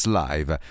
live